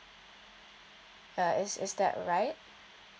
uh is is that right